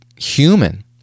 human